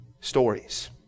Stories